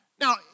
Now